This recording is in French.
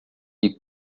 ligue